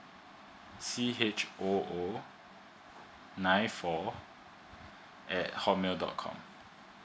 C H O O nine four at hotmail dot com